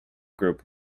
group